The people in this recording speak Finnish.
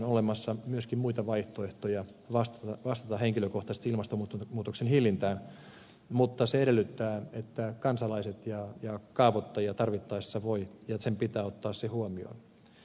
on olemassa myöskin muita vaihtoehtoja vastata henkilökohtaisesti ilmastonmuutoksen hillintään mutta se edellyttää että kansalaiset ja kaavoittajat tarvittaessa voivat ottaa ja ovat velvollisia ottamaan sen huomioon